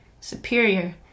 superior